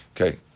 Okay